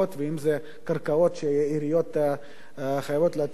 ואם זה קרקעות שהעיריות חייבות לתת